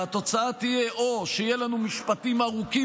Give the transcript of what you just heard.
והתוצאה תהיה או שיהיו לנו משפטים ארוכים